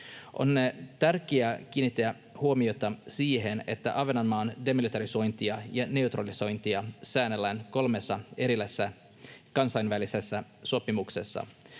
On tärkeää kiinnittää huomiota siihen, että Ahvenanmaan demilitarisointia ja neutralisointia säännellään kolmessa erillisessä kansainvälisessä sopimuksessa.